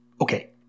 Okay